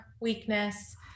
weakness